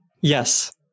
Yes